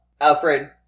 Alfred